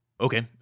Okay